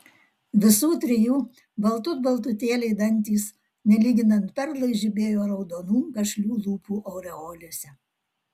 visų trijų baltut baltutėliai dantys nelyginant perlai žibėjo raudonų gašlių lūpų aureolėse